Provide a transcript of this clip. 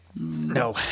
No